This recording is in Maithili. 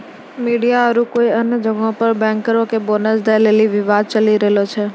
मिडिया आरु कई अन्य जगहो पे बैंकरो के बोनस दै लेली विवाद चलि रहलो छै